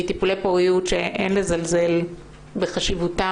מטיפולי פוריות שאין לזלזל בחשיבותם.